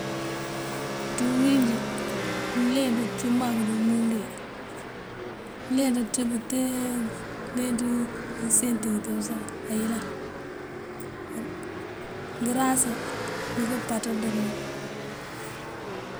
Ţí uwín injí, mёleenţ acύm mak dí umύndu wí mёleenţ aká tee kёleenţ ngёsent ngёtёb sá, ayёlan n- ngёraasá ngёko páţandёr mak.